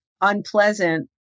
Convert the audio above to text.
unpleasant